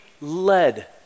led